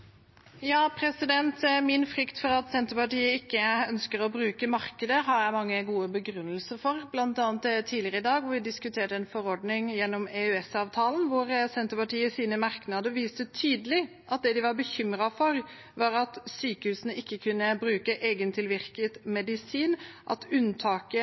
Min frykt for at Senterpartiet ikke ønsker å bruke markedet, har jeg mange gode begrunnelser for, bl.a. da vi tidligere i dag diskuterte en forordning gjennom EØS-avtalen. Senterpartiets merknader viste tydelig at det de var bekymret for, var at sykehusene ikke kunne bruke egentilvirket medisin, at unntaket